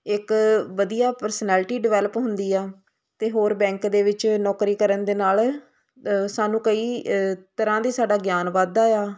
ਇੱਕ ਵਧੀਆ personality develop ਹੁੰਦੀ ਆ ਅਤੇ ਹੋਰ ਬੈਂਕ ਦੇ ਵਿੱਚ ਨੌਕਰੀ ਕਰਨ ਦੇ ਨਾਲ ਸਾਨੂੰ ਕਈ ਤਰ੍ਹਾਂ ਦੀ ਸਾਡਾ ਗਿਆਨ ਵੱਧਦਾ ਆ